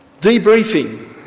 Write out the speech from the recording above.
Debriefing